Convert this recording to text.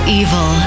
evil